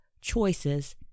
choices